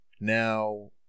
Now